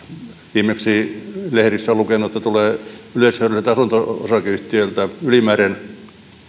viimeksi lehdistä olen lukenut että yleishyödyllisiltä asunto osakeyhtiöiltä tulee ylimääräinen